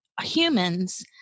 humans